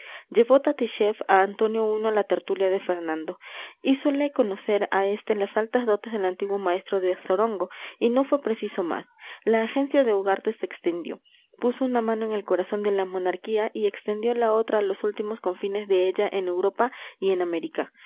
tattischief a antonio i a la tertulia de fernando hízole conocer a este las altas dotes del antiguo maestro de zorongo y no fue preciso más la agencia de ugarte se extendió puso una mano en el corazón de la monarquía y extendió la otra a los últimos confines de ella en europa y en américa